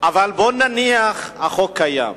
אבל בוא נניח: החוק קיים.